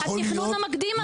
התכנון המקדים הזה.